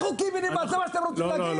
לכו קיבינימט זה מה שאתם רוצים להגיד?